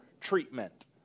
treatment